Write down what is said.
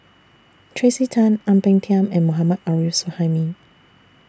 Tracey Tan Ang Peng Tiam and Mohammad Arif Suhaimi